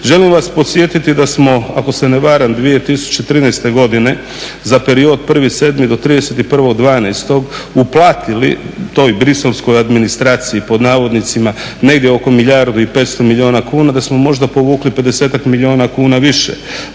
Želim vas podsjetiti da smo ako se ne varam 2013. godine za period 1.07. do 31.12. uplatili toj "bruxelleskoj administraciji" pod navodnicima negdje oko milijardu i 500 milijuna kuna, da smo možda povukli 50-ak milijuna kuna više.